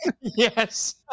Yes